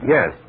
Yes